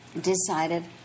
Decided